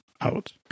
out